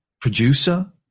producer